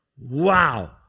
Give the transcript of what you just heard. Wow